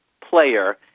player